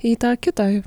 į tą kitą